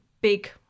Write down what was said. big